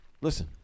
listen